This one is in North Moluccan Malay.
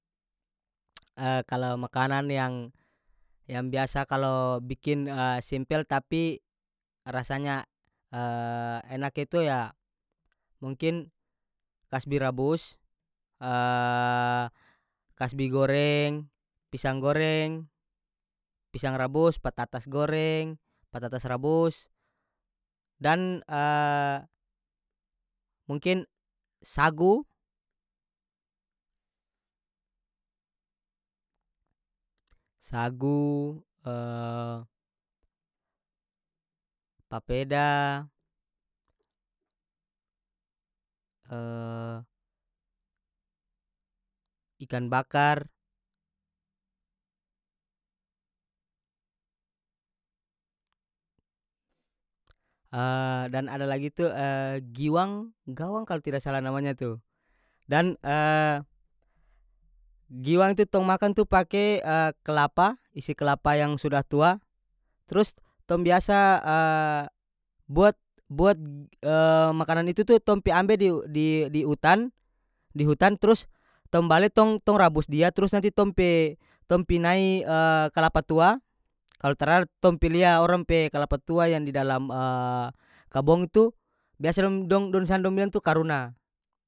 kalo makanan yang- yang biasa kalo bikin simpel tapi rasanya enak itu ya mungkin kasbi rabus kasbi goreng pisang goreng pisang rabus batatas goreng batatas rabus dan mungkin sagu sagu papeda ikan bakar dan ada lagi tu giwang gawang kalo tida salah namanya tu dan giwang itu tong makan tu pake klapa isi klapa yang suda tua trus tong biasa buat- buat g makanan itu tu tong pi ambe di u di di utan di hutan trus tong bale tong- tong rabus dia trus nanti tong pe tong pi nai kalapa tua kalo trad tong pi lia orang pe kalapa tua yang di dalam kabong itu biasa dong dong- dong di sana dong bilang tu karuna.